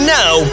now